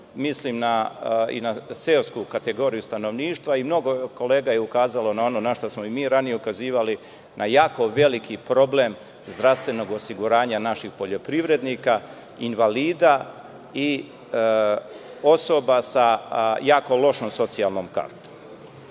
mislim i na seosku kategoriju stanovništva i mnogo kolega je ukazalo na ono na šta smo i mi ranije ukazivali na jako veliki problem zdravstvenog osiguranja naših poljoprivrednika, invalida i osoba sa jako lošom socijalnom kartom. Dvesta